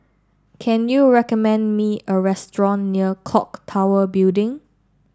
can you recommend me a restaurant near Clock Tower Building